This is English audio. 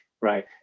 right